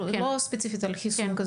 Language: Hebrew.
לא ספציפית על חיסון כזה.